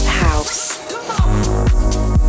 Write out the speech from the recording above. house